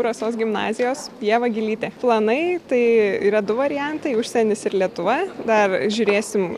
rasos gimnazijos ieva gylytė planai tai yra du variantai užsienis ir lietuva dar žiūrėsim